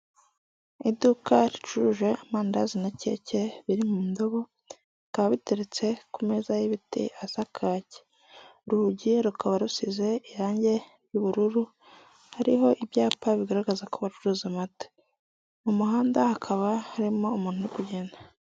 Iduka ricuruje amandazi na keke biri mu ndobo, bikaba biteretse ku meza y'ibiti asa kacye, urugi rukaba rusize irangi ry'ubururu hariho ibyapa bigaragaza ku bacuruza amata. Mu muhanda hakaba harimo umuntu uri kugenda.